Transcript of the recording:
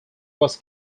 was